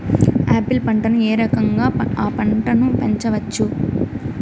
Apple పంటను ఏ రకంగా అ పంట ను పెంచవచ్చు?